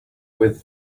with